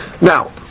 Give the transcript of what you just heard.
Now